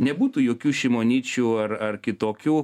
nebūtų jokių šimonyčių ar ar kitokių